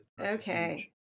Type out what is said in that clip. Okay